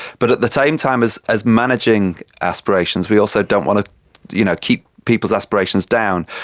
but at the same time as as managing aspirations we also don't want to you know keep people's aspirations down.